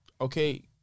okay